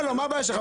מה הבעיה שלך?